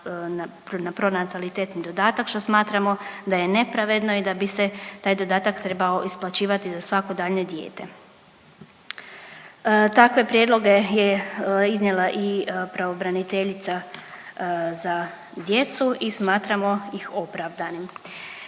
na pronatalitetni dodatak što smatramo da je nepravedno i da bi se taj dodatak trebao isplaćivati za svako daljnje dijete. Takve prijedloge je iznijela i pravobraniteljica za djecu i smatramo ih opravdanim.